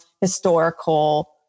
historical